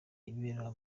yibera